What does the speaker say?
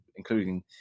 Including